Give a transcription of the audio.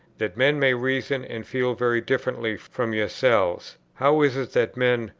that men may reason and feel very differently from yourselves how is it that men,